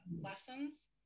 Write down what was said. lessons